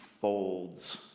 folds